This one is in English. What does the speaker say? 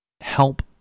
Help